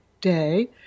day